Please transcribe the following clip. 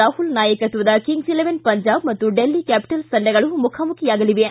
ರಾಹುಲ್ ನಾಯಕತ್ವದ kings eleven Punjab ಮತ್ತು Delhi capitals ತಂಡಗಳು ಮುಖಾಮುಖಿಯಾಗಲಿವೆ